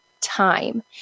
time